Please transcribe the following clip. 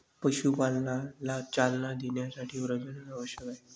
पशुपालनाला चालना देण्यासाठी प्रजनन आवश्यक आहे